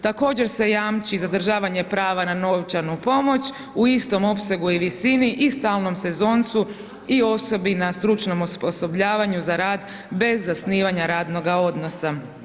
Također se jamči zadržavanje prava na novčanu pomoć u istom opsegu i visini i stalnom sezoncu i osobi na stručnom zapošljavanju za rad bez zasnivanja radnoga odnosa.